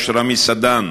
רמי סדן,